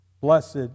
Blessed